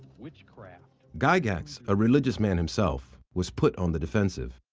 witchcraft gygax, a religious man himself, was put on the defensive.